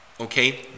Okay